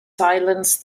silenced